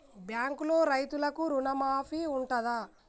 బ్యాంకులో రైతులకు రుణమాఫీ ఉంటదా?